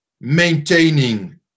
maintaining